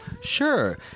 sure